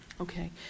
Okay